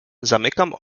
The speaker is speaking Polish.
zamykam